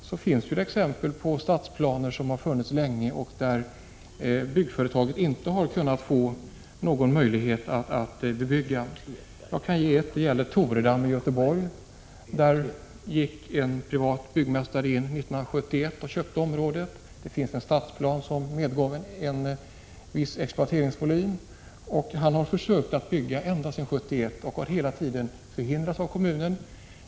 Det finns exempel där stadsplaner funnits länge och där byggföretag inte har fått någon möjlighet att bebygga. Ett exempel är Toredamm i Göteborg: En privat byggmästare köpte området 1971. Det fanns en stadsplan som medgav en viss exploateringsvolym. Byggmästaren har ända sedan 1971 försökt att bygga men har hindrats av kommunen.